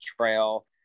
trail